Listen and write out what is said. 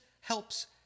helps